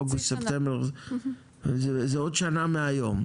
אוגוסט-ספטמבר זה עוד שנה מהיום,